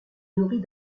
nourrit